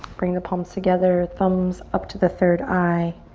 bring the palms together thumbs up to the third eye